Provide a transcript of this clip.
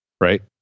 right